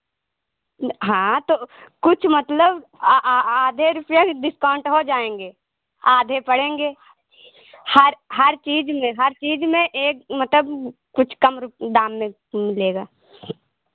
हाँ तो कुछ मतलब आधे रुपैया के डिस्काउंट हो जायेंगे आधे पड़ेंगे हर हर चीज़ में हर चीज़ में एक मतलब कुछ कम रु दाम में मिलेगा